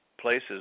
places